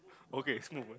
okay smooth ah